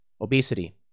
obesity